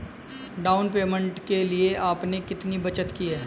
Down payment के लिए आपने कितनी बचत की है?